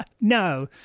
No